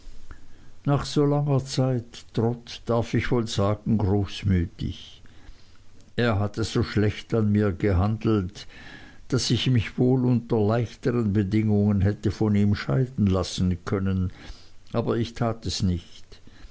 nach so langer zeit trot darf ich wohl sagen großmütig er hatte so schlecht an mir gehandelt daß ich mich wohl unter leichteren bedingungen hätte von ihm scheiden lassen können aber ich tat es nicht